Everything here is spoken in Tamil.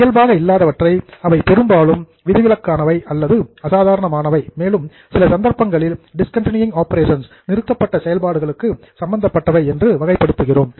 இயல்பாக இல்லாதவற்றை அவை பெரும்பாலும் எக்சப்ஷனல் விதிவிலக்கானவை அல்லது எக்ஸ்ட்ராடினரி அசாதாரணமானவை மேலும் சில சந்தர்ப்பங்களில் டிஸ்கண்டினுயிங் ஆப்பரேஷன்ஸ் நிறுத்தப்பட்ட செயல்பாடுகளுக்கு சம்பந்தப்பட்டவை என்று வகைப் படுத்துகிறோம்